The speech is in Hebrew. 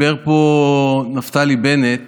אמר פה נפתלי בנט